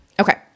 Okay